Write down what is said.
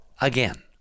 again